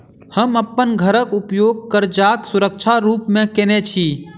हम अप्पन घरक उपयोग करजाक सुरक्षा रूप मेँ केने छी